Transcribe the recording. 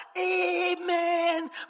amen